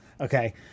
Okay